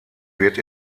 wird